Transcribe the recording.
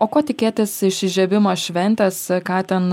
o ko tikėtis iš įžiebimo šventės ką ten